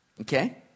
okay